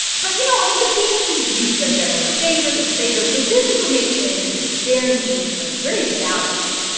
but, you know, i mean, the people who use them generally are bankers and traders, so this information is very meaningful to them. it's very valuable.